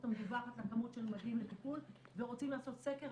המדווחת לכמות שמגיעים לטיפול ורוצים לעשות סקר.